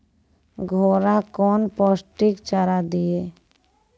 घोड़ा कौन पोस्टिक चारा दिए?